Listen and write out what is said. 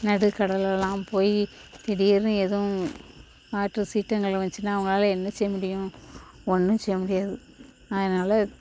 நடுக்கடல்லலாம் போய் திடீர்னு எதுவும் காற்று சீற்றங்கள் வந்துச்சின்னா அவங்களால என்ன செய்ய முடியும் ஒன்றும் செய்ய முடியாது அதனால்